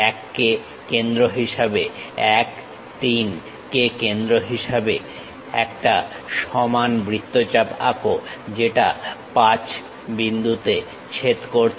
1 কে কেন্দ্র হিসাবে 1 3 কে ব্যাসার্ধ হিসাবে একটা সমান বৃত্তচাপ আঁকো যেটা 5 বিন্দুতে ছেদ করছে